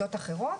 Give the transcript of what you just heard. בשיטות אחרות.